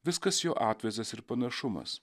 viskas jo atvaizdas ir panašumas